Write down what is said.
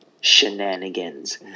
shenanigans